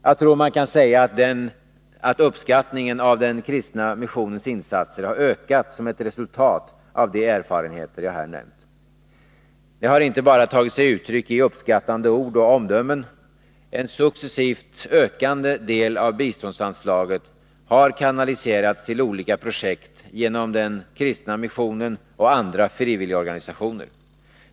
Jag tror att man kan säga att uppskattningen av den kristna missionens insatser har ökat som ett resultat av de erfarenheter jag här nämnt. Det har inte bara tagit sig uttryck i uppskattande ord och omdömen. En successivt ökande del av biståndsanslaget har kanaliserats till olika projekt genom den kristna missionen och andra frivilligorganisationer.